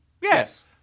Yes